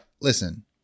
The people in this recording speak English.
Listen